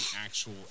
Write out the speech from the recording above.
actual